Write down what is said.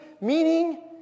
meaning